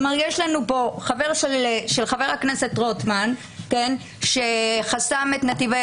חבר של חבר הכנסת רוטמן שחסם את נתיבי